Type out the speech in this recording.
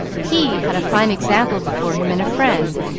he had a fine example before him in a friend,